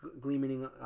gleaming